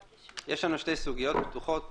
יש לנו שתי סוגיות פתוחות